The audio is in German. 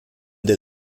der